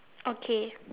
okay